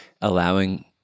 allowing